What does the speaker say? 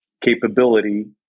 capability –